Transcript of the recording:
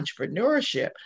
Entrepreneurship